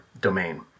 domain